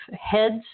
heads